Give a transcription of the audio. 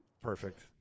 perfect